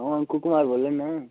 अं'ऊ अंकु कुमार बोलै ना